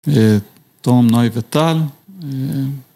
‫תום נוי וטל.